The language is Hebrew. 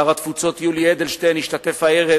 שר התפוצות יולי אדלשטיין ישתתף הערב